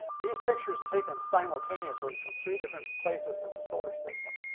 these pictures taken simultaneously from three different places in the solar system.